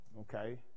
Okay